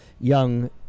young